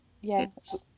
Yes